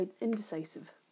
indecisive